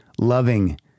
loving